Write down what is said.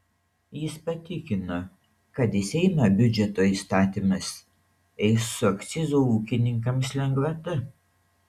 jis patikino kad į seimą biudžeto įstatymas eis su akcizo ūkininkams lengvata